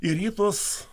į rytus